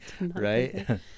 right